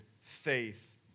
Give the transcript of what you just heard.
faith